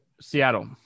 Seattle